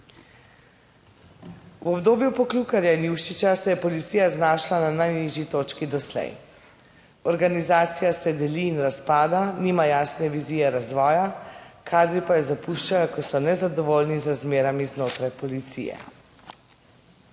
V obdobju Poklukarja in Jušića se je policija znašla na najnižji točki doslej. Organizacija se deli in razpada, nima jasne vizije razvoja, kadri pa jo zapuščajo, ker so nezadovoljni z razmerami znotraj policije.